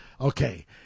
Okay